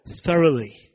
thoroughly